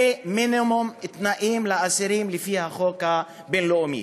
אלה מינימום תנאים לאסירים לפי החוק הבין-לאומי.